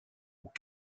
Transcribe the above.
aux